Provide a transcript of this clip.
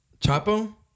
Chapo